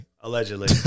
Allegedly